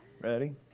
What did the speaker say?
Ready